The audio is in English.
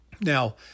Now